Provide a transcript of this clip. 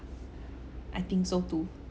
I think so too